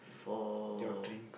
four